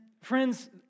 friends